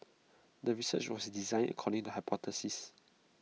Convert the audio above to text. the research was designed according to hypothesis